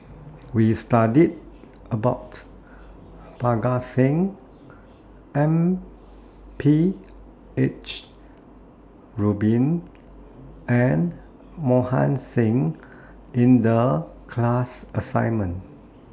We studied about Parga Singh M P H Rubin and Mohan Singh in The class assignment